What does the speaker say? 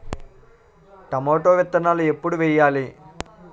Tomato విత్తనాలు ఎప్పుడు వెయ్యాలి?